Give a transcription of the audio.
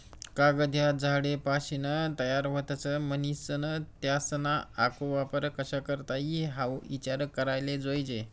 कागद ह्या झाडेसपाशीन तयार व्हतस, म्हनीसन त्यासना आखो वापर कशा करता ई हाऊ ईचार कराले जोयजे